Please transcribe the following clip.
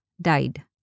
died